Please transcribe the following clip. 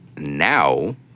now